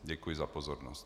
Děkuji za pozornost.